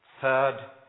third